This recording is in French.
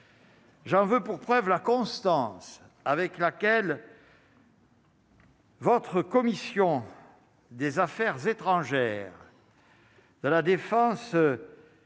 J'en veux pour preuve la constance avec laquelle. Votre commission des affaires étrangères. De la défense.